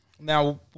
Now